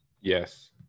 Yes